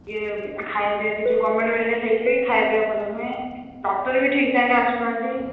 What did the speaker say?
ଏ ଖାଇବା ପିଇବା ବି ଯେଉଁ ଗଭର୍ଣ୍ଣମେଣ୍ଟ ମେଡ଼ିକାଲ ହେଇକି ବି ଖାଇବା ପିଇବା ଭଲ ନୁହେଁ ଡକ୍ଟର ବି ଠିକ୍ ଟାଇମରେ ଆସୁନାହାନ୍ତି